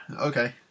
Okay